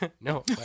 no